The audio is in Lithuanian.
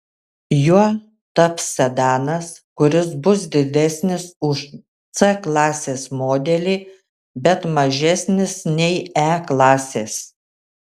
juo taps sedanas kuris bus didesnis už c klasės modelį bet mažesnis nei e klasės